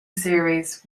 series